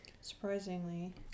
surprisingly